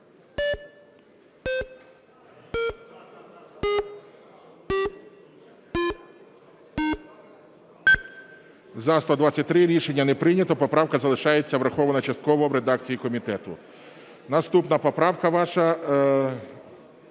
За-123 Рішення не прийнято. Поправка залишається врахована частково в редакції комітету. Наступна поправка ваша